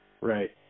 Right